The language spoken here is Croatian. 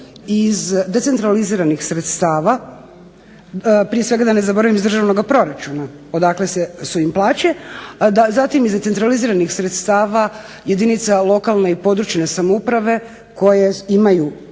iz decentraliziranih sredstava. Prije svega da ne zaboravim iz državnoga proračuna, odakle su im plaće. Zatim iz centraliziranih sredstava jedinica lokalne i područne samouprave koje imaju,